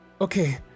Okay